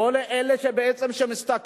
כל אלה שמשתכרים,